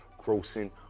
grossing